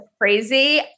crazy